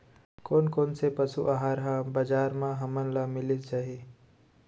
कोन कोन से पसु आहार ह बजार म हमन ल मिलिस जाही?